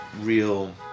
real